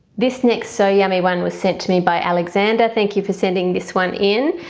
this next so yummy one was sent to me by alexander thank you for sending this one in.